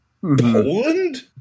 Poland